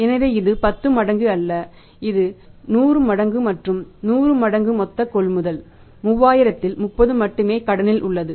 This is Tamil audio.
எனவே இது 10 மடங்கு அல்ல இது 100 மடங்கு மற்றும் 100 மடங்கு மொத்த கொள்முதல் 3000 இல் 30 மட்டுமே கடனில் உள்ளது